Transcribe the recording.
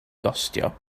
gostio